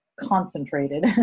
concentrated